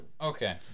Okay